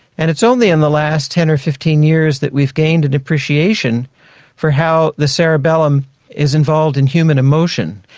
and it's only in the last ten or fifteen years that we've gained an appreciation for how the cerebellum is involved in human emotion,